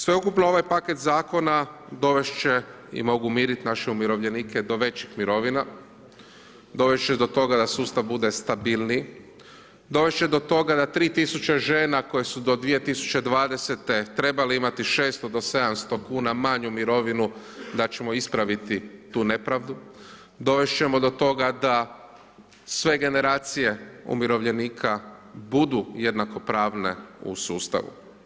Sveukupno ovaj paket zakona, dovesti će i mogu miriti naše umirovljenike do većih mirovina, dovesti će do toga da sustav bude stabilnije, dovesti će do toga da 3000 žena koja su do 2020. trebali imati 600-700 kn manju mirovinu, da ćemo ispraviti tu nepravdu, dovesti ćemo do toga, da sve generacije umirovljenika budu jednako pravne u sustavu.